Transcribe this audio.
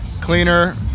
cleaner